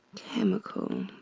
chemical